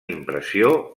impressió